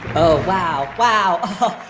oh, wow. wow.